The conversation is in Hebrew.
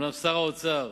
אומנם שר האוצר